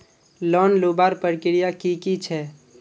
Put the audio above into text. Loan लुबार प्रक्रिया की की छे?